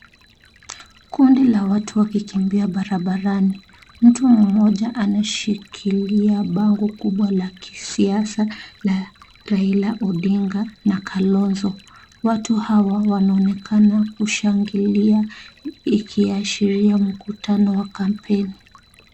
Kundi la watu wakikimbia barabarani. Mtu mmoja ameshikilia bango kubwa la kisiasa la Raila Odinga na Kalonzo. Watu hawa wanaonekana kushangilia ikiashiria mkutano wa kampeni.